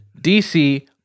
dc